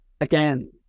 Again